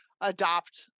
adopt